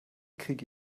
kriege